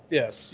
yes